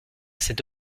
cet